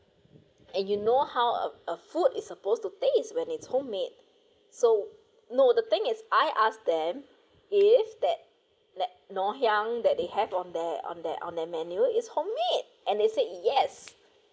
and you know how a a food is supposed to taste when it's homemade so no the thing is I ask them if that that ngoh hiang that they have on their on their on their menu is homemade and they said yes